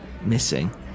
missing